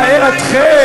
אני מתאר אתכם.